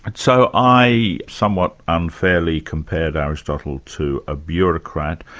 and so i somewhat unfairly compared aristotle to a bureaucrat,